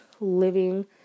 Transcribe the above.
living